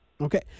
Okay